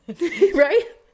Right